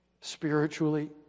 spiritually